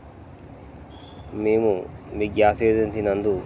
మేము మీ gas agency నందు